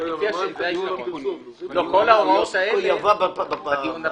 אני מציע שכל אלה בדיון הבא.